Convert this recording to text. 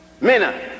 Mena